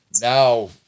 Now